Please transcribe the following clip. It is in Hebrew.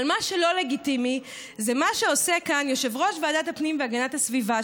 אבל מה שלא לגיטימי זה מה שעושה כאן יושב-ראש ועדת הפנים והגנת הסביבה,